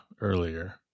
earlier